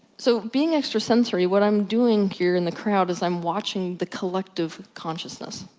so, being extrasensory, what i'm doing here in the crowd is i'm watching the collective consciousness.